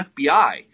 FBI